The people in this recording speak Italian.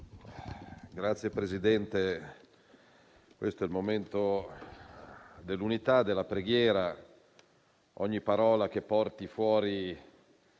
Signor Presidente, questo è il momento dell'unità, della preghiera. Ogni parola che porti fuori